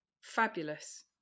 Fabulous